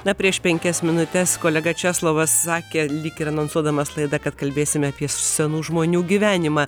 na prieš penkias minutes kolega česlovas sakė lyg ir anonsuodamas laidą kad kalbėsime apie senų žmonių gyvenimą